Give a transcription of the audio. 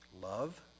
Love